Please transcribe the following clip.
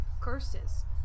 curses